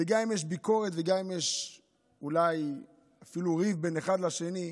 וגם אם יש ביקורת וגם אם יש אולי ריב בין אחד לשני,